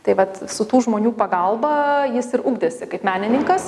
tai vat su tų žmonių pagalba jis ir ugdėsi kaip menininkas